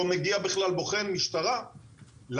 לא מגיע בכלל בוחן משטרה לתאונה.